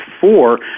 four